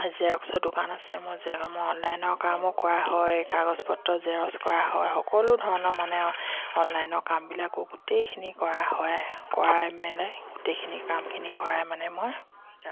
জেৰক্সৰ দোকান আছে মোৰ জে মই অনলাইনৰ কামো কৰা হয় কাগজ পত্ৰ জেৰক্স কৰা হয় সকলো ধৰণৰ মানে অনলাইনৰ কামবিলাকো গোটেইখিনি কৰা হয় কৰাই মানে গোটেইখিনি কামখিনি কৰাই মানে মই